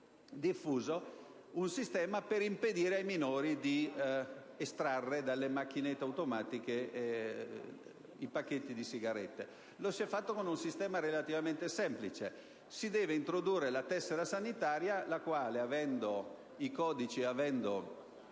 di un sistema per impedire ai minori di estrarre dalle macchiette automatiche i pacchetti di sigarette. Lo si è fatto con un sistema relativamente semplice: si deve introdurre la tessera sanitaria la quale, avendo riportati